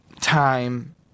time